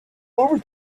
over